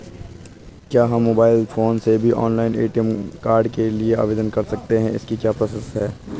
क्या हम mobile phone से भी ऑनलाइन ए.टी.एम कार्ड के लिए आवेदन कर सकते हैं इसकी क्या प्रोसेस है?